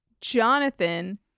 jonathan